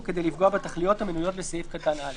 כדי לפגוע בתכליות המנויות בסעיף קטן (א)".